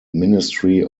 ministry